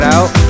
Out